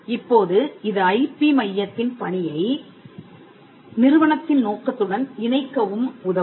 இப்போது இது ஐபி மையத்தின் பணியை நிறுவனத்தின் நோக்கத்துடன் இணைக்கவும் உதவும்